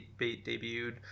debuted